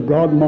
God